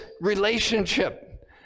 relationship